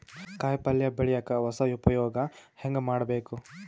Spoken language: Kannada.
ಕಾಯಿ ಪಲ್ಯ ಬೆಳಿಯಕ ಹೊಸ ಉಪಯೊಗ ಹೆಂಗ ಮಾಡಬೇಕು?